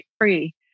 free